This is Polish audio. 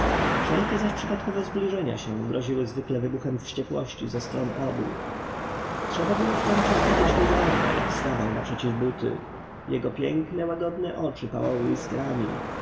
wszelkie zaś przypadkowe zbliżenia się groziły zwykle wybuchem wściekłości ze stron obu trzeba było wtenczas widzieć milorda jak stawał naprzeciw buty jego piękne łagodne oczy pałały iskrami